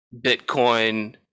Bitcoin